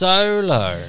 Solo